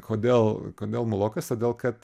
kodėl kodėl mulokas todėl kad